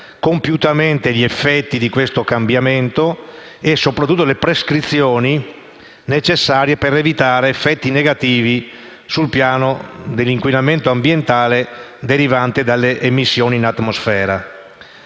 compiutamente gli effetti di questo cambiamento e, soprattutto, per le prescrizioni necessarie ad evitare effetti negativi sul piano dell'inquinamento ambientale derivante dalle emissioni in atmosfera.